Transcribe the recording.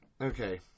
Okay